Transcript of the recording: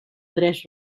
tres